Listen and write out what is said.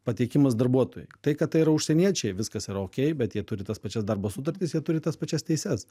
pateikimas darbuotojui tai kad tai yra užsieniečiai viskas yra okei bet jie turi tas pačias darbo sutartis jie turi tas pačias teises